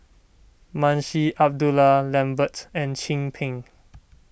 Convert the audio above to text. Munshi Abdullah Lambert and Chin Peng